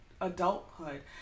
adulthood